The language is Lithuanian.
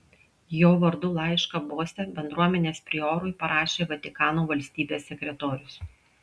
jo vardu laišką bose bendruomenės priorui parašė vatikano valstybės sekretorius